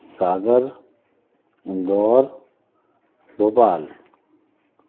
Sagar Indore Bhopal